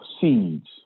seeds